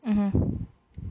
mmhm